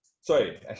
Sorry